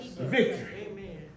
victory